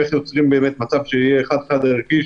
איך יוצרים מצב שיהיה חד-חד ערכי,